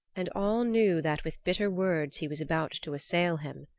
and all knew that with bitter words he was about to assail him.